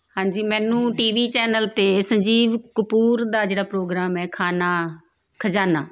ਹਾਂਜੀ ਮੈਨੂੰ T V channel 'ਤੇ ਸੰਜੀਵ ਕਪੂਰ ਦਾ ਜਿਹੜਾ ਪ੍ਰੋਗਰਾਮ ਹੈ ਖਾਣਾ ਖਜ਼ਾਨਾ